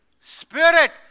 Spirit